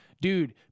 Dude